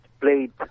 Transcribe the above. played